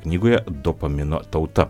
knygoje dopamino tauta